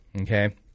Okay